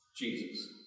Jesus